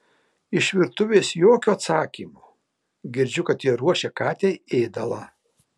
iš virtuvės jokio atsakymo girdžiu kad ji ruošia katei ėdalą